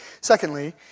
Secondly